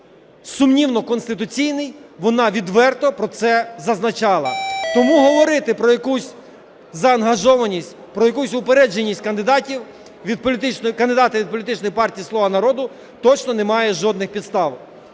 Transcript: сумнівно-конституційний, вона відверто про це зазначала. Тому говорити про якусь заангажованість, про якусь упередженість кандидата від політичної партії "Слуга народу", точно немає жодних підстав.